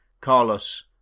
Carlos